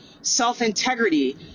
self-integrity